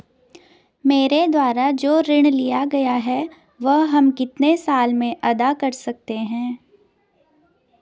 मेरे द्वारा जो ऋण लिया गया है वह हम कितने साल में अदा कर सकते हैं?